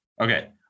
Okay